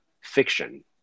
fiction